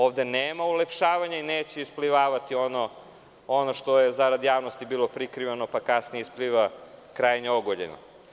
Ovde nema ulepšavanja i neće isplivavati ono što je zarad javnosti bilo prikrivano, pa kasnije ispliva krajnje ogoljeno.